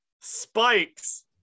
spikes